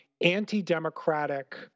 anti-democratic